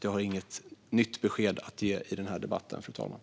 Jag har inget nytt besked att ge i denna debatt, fru talman.